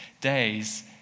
days